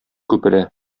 күпере